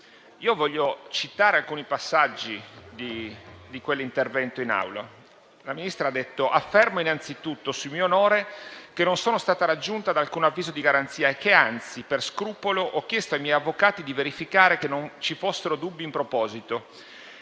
Io voglio citare alcuni passaggi di quell'intervento in Aula. La Ministra ha detto: «Affermo, innanzitutto, sul mio onore, che non sono stata raggiunta da alcun avviso di garanzia e che anzi, per scrupolo, ho chiesto ai miei avvocati di verificare che non ci fossero dubbi in proposito